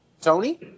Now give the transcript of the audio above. Tony